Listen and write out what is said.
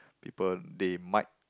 people they might